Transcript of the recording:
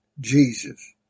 Jesus